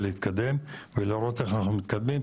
להתקדם ולראות איך אנחנו מתקדמים.